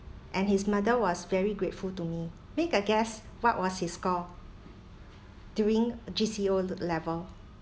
and his mother was very grateful to me make a guess what was his score during G_C_E O l~ level